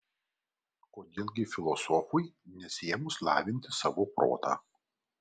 kodėl gi filosofui nesiėmus lavinti savo protą